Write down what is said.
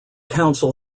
council